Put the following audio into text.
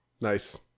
nice